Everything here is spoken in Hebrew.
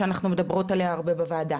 שאנחנו מדברות עליה הרבה בוועדה.